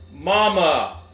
Mama